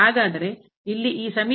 ಹಾಗಾದರೆ ಇಲ್ಲಿ ಈ ಸಮೀಕರಣ ಏನು